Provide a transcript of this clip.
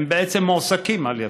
הם בעצם מועסקים על ידיך,